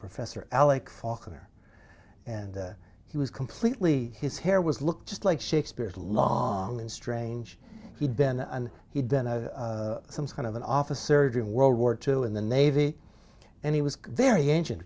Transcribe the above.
professor alec faulkner and he was completely his hair was look just like shakespeare's long and strange he'd been and he'd been a some kind of an officer during world war two in the navy and he was very ancient